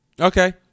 Okay